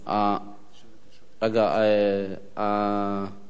אתם מסתפקים בתשובתו?